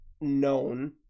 known